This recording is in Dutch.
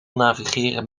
navigeren